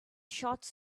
shots